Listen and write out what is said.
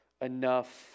enough